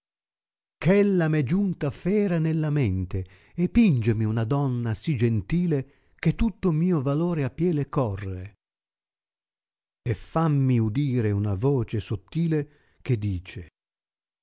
ella m è giunta fera nella mente e pingemi una donna sì gentile che tutto mio valore a pie le corre e fammi udire una voce sottile che dice